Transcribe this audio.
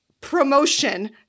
promotion